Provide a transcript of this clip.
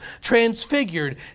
transfigured